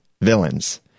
villains